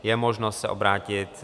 Je možno se obrátit...